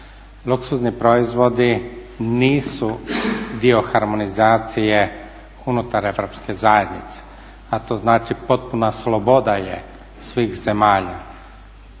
Luksuzni proizvodi nisu dio harmonizacije unutar europske zajednice, a to znači potpuna sloboda je svih zemalja.